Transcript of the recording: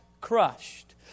crushed